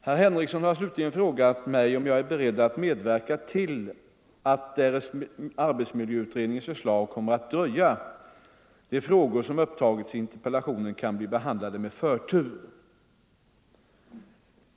Herr Henrikson har slutligen frågat mig, om jag är beredd att medverka till att — därest arbetsmiljöutredningens förslag kommer att dröja — de frågor som upptagits i interpellationen kan bli behandlade med förtur.